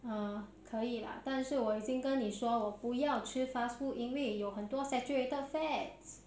uh 可以了但是我已经跟你说我不要吃 fast food 因为有很多 saturated fats